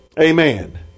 Amen